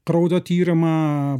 kraujo tyrimą